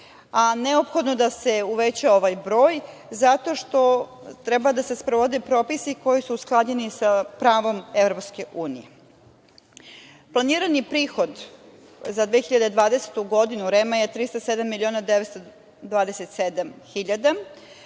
a neophodno je da se uveća ovaj broj zato što treba da se sprovode propisi koji su usklađeni sa pravom EU.Planirani prihod za 2020. godinu REM-a je 307 miliona 927 hiljada,